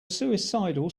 suicidal